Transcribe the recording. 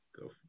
Go